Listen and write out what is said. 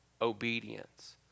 obedience